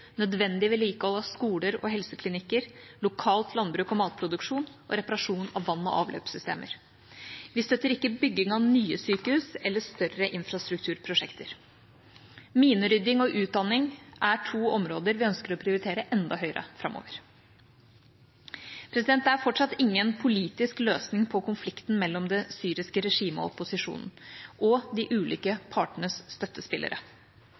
nødvendig vedlikehold av skoler og helseklinikker, lokalt landbruk og matproduksjon og reparasjon av vann- og avløpssystemer. Vi støtter ikke bygging av nye sykehus eller større infrastrukturprosjekter. Minerydding og utdanning er to områder vi ønsker å prioritere enda høyere framover. Det er fortsatt ingen politisk løsning på konflikten mellom det syriske regimet og opposisjonen og de ulike partenes støttespillere.